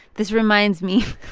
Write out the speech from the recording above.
this reminds me